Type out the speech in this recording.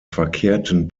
verkehrten